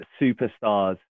superstars